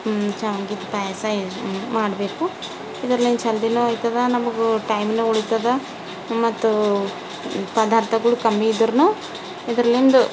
ಶಾವ್ಗೆ ಪಾಯಸ ಮಾಡಬೇಕು ಇದ್ರಲಿಂದ ಜಲ್ದಿನೂ ಆಯ್ತದೆ ನಮಗೆ ಟೈಮ್ನು ಉಳಿತದೆ ಮತ್ತು ಪದಾರ್ಥಗಳು ಕಮ್ಮಿ ಇದ್ರ ಇದ್ರಲ್ಲಿಂದು